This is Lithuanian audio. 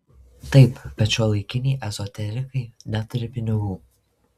taip bet šiuolaikiniai ezoterikai neturi pinigų